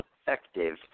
effective